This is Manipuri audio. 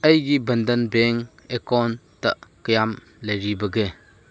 ꯑꯩꯒꯤ ꯕꯟꯗꯟ ꯕꯦꯡ ꯑꯦꯀꯥꯎꯟꯇ ꯀꯌꯥꯝ ꯂꯩꯔꯤꯕꯒꯦ